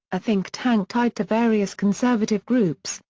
a think tank tied to various conservative groups,